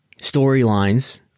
storylines